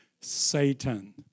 Satan